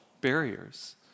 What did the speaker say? barriers